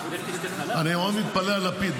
אני מאוד מתפלא על לפיד,